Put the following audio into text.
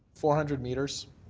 four hundred meters,